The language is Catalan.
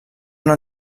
una